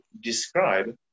describe